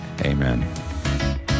amen